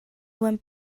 went